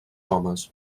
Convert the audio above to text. homes